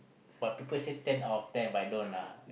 but people say ten out of ten but I don't lah